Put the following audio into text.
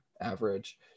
average